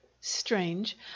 strange